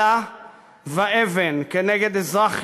אלה ואבן כנגד אזרח יהודי,